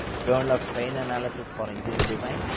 journal of strain analysis for engineering design,